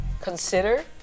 Consider